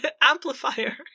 Amplifier